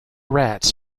rats